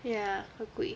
ya agree